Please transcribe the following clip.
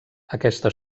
aquesta